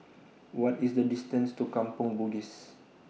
What IS The distance to Kampong Bugis